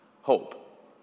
hope